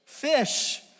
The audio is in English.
fish